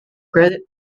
credit